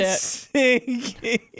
sinking